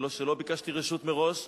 שלא ביקשתי רשות מראש.